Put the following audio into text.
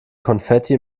konfetti